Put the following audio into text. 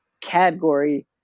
category